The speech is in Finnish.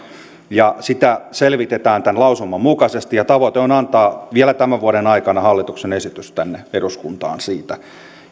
ja sitä selvitetään tämän lausuman mukaisesti ja tavoite on antaa siitä vielä tämän vuoden aikana hallituksen esitys tänne eduskuntaan